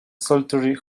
solitary